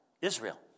Israel